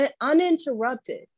uninterrupted